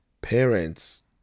Parents